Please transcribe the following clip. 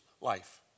life